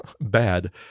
bad